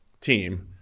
team—